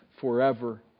forever